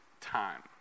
time